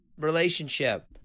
relationship